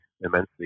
immensely